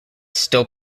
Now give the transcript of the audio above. still